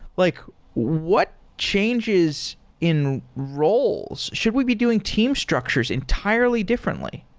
like what changes in roles should we be doing team structures entirely differently?